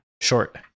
short